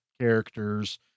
characters